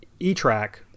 e-track